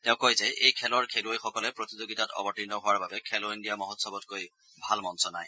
তেওঁ কয় যে এই খেলৰ খেলুৱৈসকলে প্ৰতিযোগিতাত অৱতীৰ্ণ হোৱাৰ বাবে খেলো ইণ্ডিয়া মহোৎসৱতকৈ ভাল মঞ্চ নাই